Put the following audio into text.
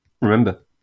remember